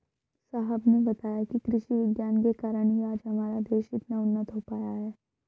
साहब ने बताया कि कृषि विज्ञान के कारण ही आज हमारा देश इतना उन्नत हो पाया है